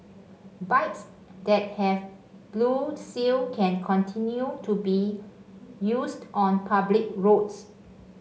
bikes that have blue seal can continue to be used on public roads